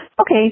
Okay